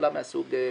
שאלה מהסוג הזה.